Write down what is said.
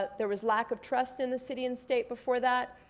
ah there was lack of trust in the city and state before that.